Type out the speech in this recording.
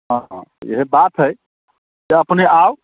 हँ हँ इहे बात हइ जे अपने आउ